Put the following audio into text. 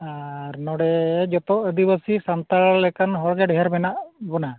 ᱟᱨ ᱱᱚᱰᱮ ᱡᱚᱛᱚ ᱟᱹᱫᱤᱵᱟᱹᱥᱤ ᱥᱟᱱᱛᱟᱲ ᱞᱮᱠᱟᱱ ᱦᱚᱲ ᱜᱮ ᱰᱷᱮᱹᱨ ᱢᱮᱱᱟᱜ ᱵᱚᱱᱟ